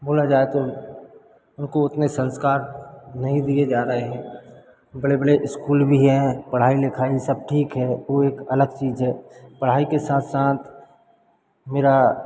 बोला जाए तो उनको उतने संस्कार नहीं दिए जा रहे हैं बड़े बड़े स्कूल भी है पढ़ाई लिखाई सब ठीक है वह एक अलग चीज़ है पढ़ाई के साथ साथ मेरा